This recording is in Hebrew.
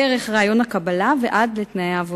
דרך ראיון הקבלה ועד לתנאי העבודה.